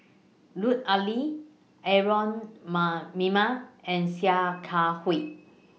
Lut Ali Aaron Maniam and Sia Kah Hui